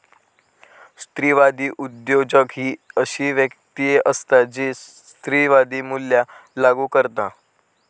स्त्रीवादी उद्योजक ही अशी व्यक्ती असता जी स्त्रीवादी मूल्या लागू करता